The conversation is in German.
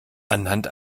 anhand